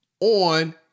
On